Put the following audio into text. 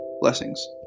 Blessings